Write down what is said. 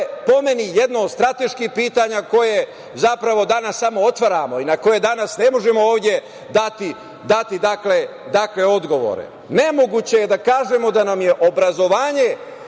po meni jedno od strateških pitanja koje zapravo danas samo otvaramo i na koje danas ne možemo ovde dati odgovore. Nemoguće je da kažemo da nam je obrazovanje